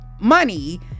money